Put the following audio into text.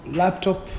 laptop